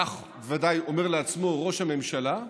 כך ודאי אומר לעצמו ראש הממשלה,